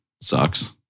sucks